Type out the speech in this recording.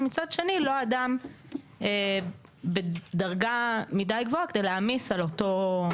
ומצד שני הוא לא אדם בדרגה מדי גבוהה כדי להעמיס על אותו דרג.